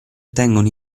tengono